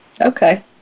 okay